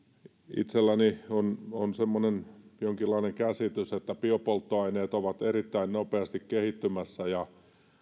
itselläni on on semmoinen jonkinlainen käsitys että biopolttoaineet ovat erittäin nopeasti kehittymässä ja